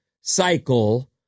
cycle